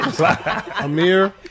Amir